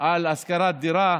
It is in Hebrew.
על השכרת דירה.